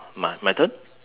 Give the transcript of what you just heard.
my my turn